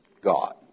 God